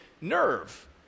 nerve